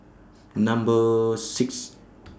Number six